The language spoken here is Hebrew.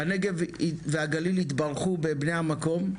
הנגב והגליל התברכו בבני המקום.